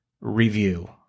review